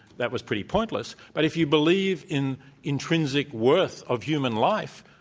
that was pretty pointless. but if you believe in intrinsic worth of human life,